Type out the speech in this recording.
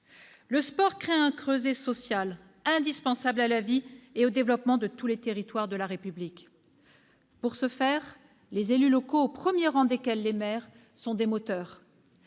Le sport crée un creuset social indispensable à la vie et au développement de tous les territoires de la République. Pour ce faire, les élus locaux, au premier rang desquels les maires, sont des moteurs.